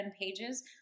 pages